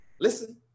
Listen